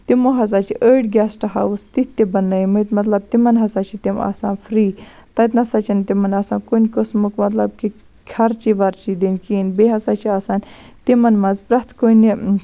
تمو ہَسا چھِ أڑۍ گیٚسٹ ہاوُس تِتھ تہِ بَنٲمٕتۍ مَطلَب تِمَن ہَسا چھِ تِم آسان فری تَتہِ نَہ سا چھُنہٕ تِمَن آسان کُنہ قسمُک مَطلَب کہِ خَرچی وَرچی دِنۍ کہیٖنۍ بیٚیہِ ہَسا چھُ آسان تِمَن مَنٛز پرٮ۪تھ کُنہِ